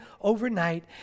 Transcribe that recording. overnight